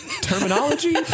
terminology